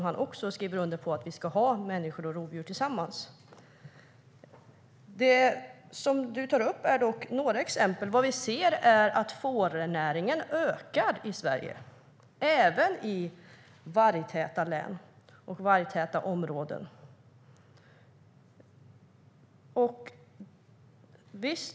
Han skriver också under på att människor och rovdjur ska finnas tillsammans. Ulf Berg tar upp några exempel. Vi ser att fårnäringen ökar i Sverige, även i vargtäta områden och län.